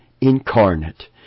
incarnate